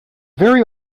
very